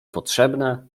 potrzebne